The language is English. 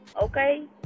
okay